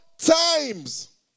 times